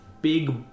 big